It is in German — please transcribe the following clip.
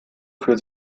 für